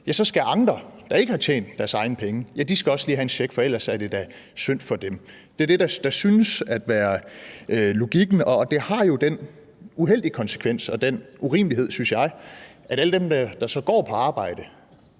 så skal andre, der ikke har tjent deres egne penge, også lige have en check, for ellers er det da synd for dem. Det er det, der synes at være logikken, og det har jo den uheldige konsekvens og den urimelighed, synes jeg, at alle dem, der så går på arbejde